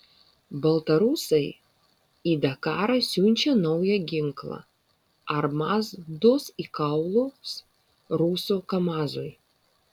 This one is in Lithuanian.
baltarusiai į dakarą siunčia naują ginklą ar maz duos į kaulus rusų kamazui